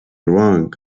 wrong